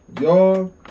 Y'all